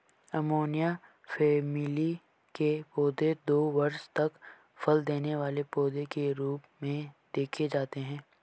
onion family के पौधे दो वर्ष तक फल देने वाले पौधे के रूप में देखे जाते हैं